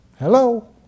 Hello